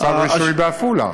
משרד הרישוי בעפולה.